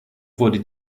wurde